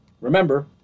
Remember